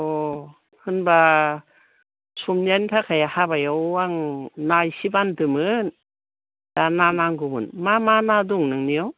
अ होनबा सबनैहानि थाखाय हाबायाव आं ना इसे बानदोंमोन दा ना नांगौमोन मा मा ना दं नोंनियाव